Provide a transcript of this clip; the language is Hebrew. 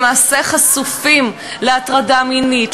למעשה חשופים להטרדה מינית,